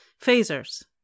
phasers